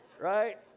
right